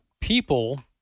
people